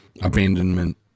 abandonment